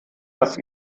dass